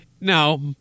now